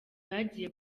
bagiye